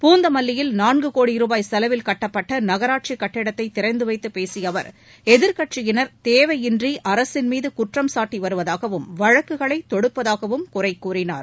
பூந்தமல்லியில் நான்கு கோடி ரூபாய் செலவில் கட்டப்பட்ட நகராட்சிக் கட்டடத்தை திறந்து வைத்துப் பேசிய அவர் எதிர்க்கட்சியினர் தேவையின்றி அரசின் மீது குற்றம் சாட்டி வருவதாகவும் வழக்குகளைத் தொடுப்பதாகவும் குறை கூறினார்